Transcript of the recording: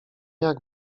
jak